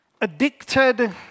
addicted